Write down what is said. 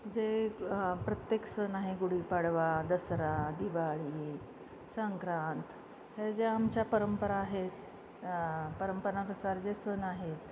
जे प्रत्येक सण आहे गुढीपाडवा दसरा दिवाळी संक्रांत हे ज्या आमच्या परंपरा आहेत परंपरानुसार जे सण आहेत